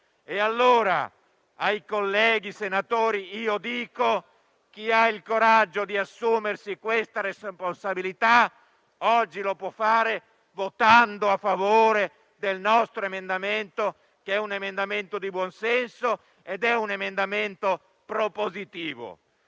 alle ore 24. Ai colleghi senatori dico che chi ha il coraggio di assumersi questa responsabilità oggi lo può fare votando a favore del nostro emendamento, che è un emendamento di buonsenso e propositivo.